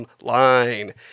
online